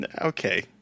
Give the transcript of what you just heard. Okay